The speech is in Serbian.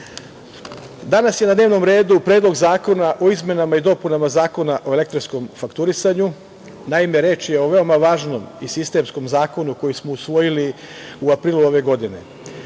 je na dnevnom redu Predlog zakona o izmenama i dopunama Zakona o elektronskom fakturisanju. Naime, reč je o veoma važnom i sistemskom zakonu koji smo usvojili u aprilu ove godine. Ovaj